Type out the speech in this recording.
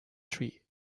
tree